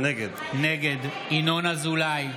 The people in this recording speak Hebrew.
נגד ינון אזולאי,